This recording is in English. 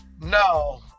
No